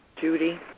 Judy